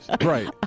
right